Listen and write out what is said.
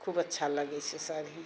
खूब अच्छा लगै छै साड़ी